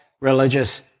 religious